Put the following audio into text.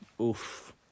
Oof